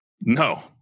No